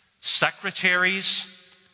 secretaries